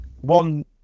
one